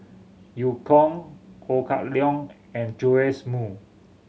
Eu Kong Ho Kah Leong and Joash Moo